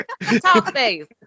Talkspace